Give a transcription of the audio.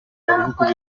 irangwa